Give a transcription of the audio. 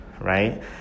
right